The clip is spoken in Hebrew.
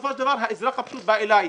בסופו של דבר האזרח הפשוט בא אלי.